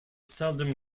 seldom